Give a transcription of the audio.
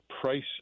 price